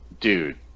Dude